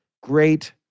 great